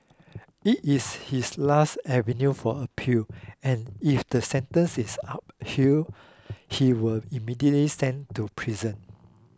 it is his last avenue for appeal and if the sentence is upheld he will immediately sent to prison